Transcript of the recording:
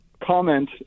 comment